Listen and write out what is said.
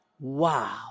Wow